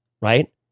right